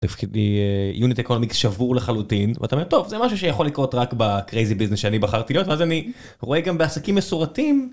יונית אקונומיקס שבור לחלוטין ואתה מתוק זה משהו שיכול לקרות רק בקרייזי ביזנס שאני בחרתי להיות אז אני רואה גם בעסקים מסורתיים.